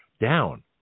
down